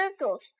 circles